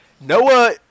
Noah